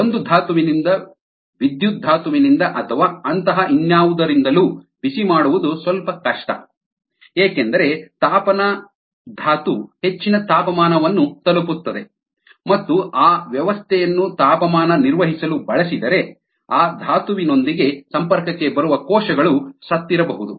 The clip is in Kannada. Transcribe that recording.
ಒಂದು ಧಾತುವಿನಿಂದ ವಿದ್ಯುತ್ ಧಾತುವಿನಿಂದ ಅಥವಾ ಅಂತಹ ಇನ್ನ್ಯಾವುದರಿಂದಲೂ ಬಿಸಿ ಮಾಡುವುದು ಸ್ವಲ್ಪ ಕಷ್ಟ ಏಕೆಂದರೆ ತಾಪನ ಧಾತು ಹೆಚ್ಚಿನ ತಾಪಮಾನವನ್ನು ತಲುಪುತ್ತದೆ ಮತ್ತು ಆ ವ್ಯವಸ್ಥೆಯನ್ನು ತಾಪಮಾನ ನಿರ್ವಹಿಸಲು ಬಳಸಿದರೆ ಆ ಧಾತುವಿನೊಂದಿಗೆ ಸಂಪರ್ಕಕ್ಕೆ ಬರುವ ಕೋಶಗಳು ಸತ್ತಿರಬಹುದು